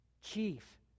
chief